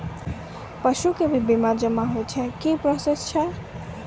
पसु के भी बीमा होय छै, की प्रोसेस छै?